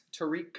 Tariq